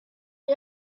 you